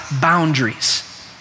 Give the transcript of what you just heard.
boundaries